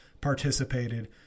participated